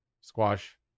Squash